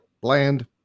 bland